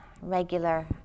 regular